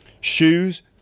Shoes